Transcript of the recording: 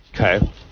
Okay